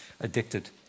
addicted